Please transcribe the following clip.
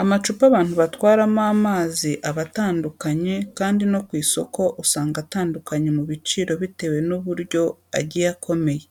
Amacupa abantu batwaramo amazi aba atandukanye kandi no ku isoko usanga atandukanye mu biciro bitewe n'uburyo agiye akomeye.